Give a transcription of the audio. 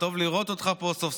אנחנו עוברים להמשך סדר-היום,